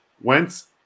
Wentz –